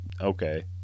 okay